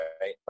right